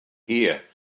here